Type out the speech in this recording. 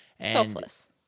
Selfless